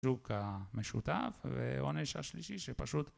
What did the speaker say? שוק המשותף ועונש השלישי שפשוט